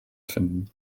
finden